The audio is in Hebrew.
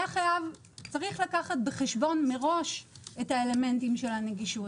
צריך לקחת מראש בחשבון את האלמנטים של הנגישות.